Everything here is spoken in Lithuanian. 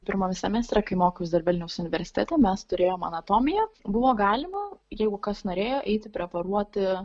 pirmame semestre kai mokiaus dar vilniaus universitete mes turėjom anatomiją buvo galima jeigu kas norėjo eiti preparuoti